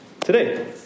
today